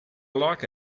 like